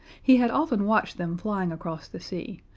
he had often watched them flying across the sea,